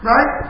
Right